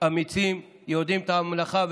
אמיצים, יודעים את המלאכה.